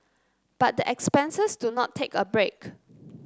but the expenses do not take a break